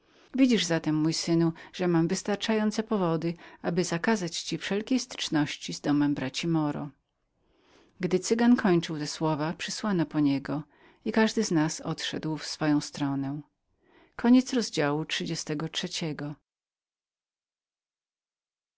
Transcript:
widzisz zatem mój synu że mam stanowcze powody dla których zakazuję ci wszelkich styczności z domem braci moro gdy cygan kończył te słowa przysłano po niego i każdy z nas rozszedł się w swoją stronę